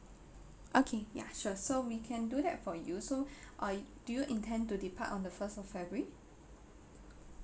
okay ya sure so we can do that for you so uh do you intend to depart on the first of february